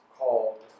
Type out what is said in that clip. called